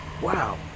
Wow